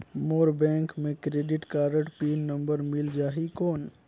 मोर bank मे credit card pin number मिल जाहि कौन?